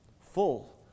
full